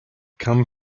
come